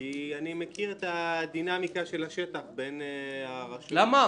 כי אני מכיר את הדינמיקה שבשטח בין הרשות המקומית --- למה?